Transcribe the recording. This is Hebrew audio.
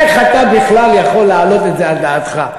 איך אתה בכלל יכול להעלות את זה על דעתך?